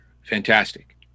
Fantastic